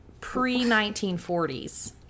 pre-1940s